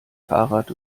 fahrrad